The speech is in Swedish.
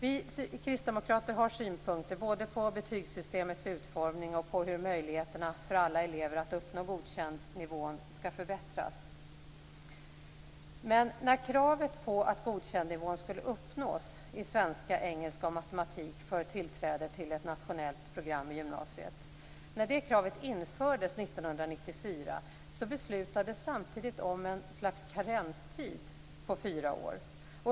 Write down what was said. Vi kristdemokrater har synpunkter både på betygssystemets utformning och på hur möjligheterna för alla elever att uppnå godkändnivån skall förbättras. 1994 beslutades samtidigt om ett slags karenstid på fyra år.